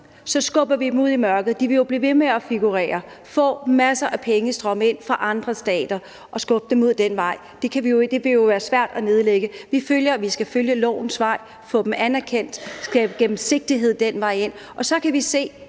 skubber vi dem ud i mørket. De vil jo blive ved med at figurere og få masser af penge, som strømmer ind fra andre stater. At skubbe dem ud den vej vil jo gøre det svært at nedlægge dem. Vi mener, at vi skal følge lovens vej, få dem anerkendt og skabe gennemsigtighed ad den vej. Og så kan vi se,